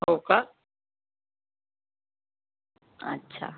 हो का अच्छा